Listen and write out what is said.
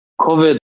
COVID